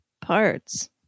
parts